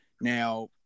Now